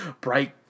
bright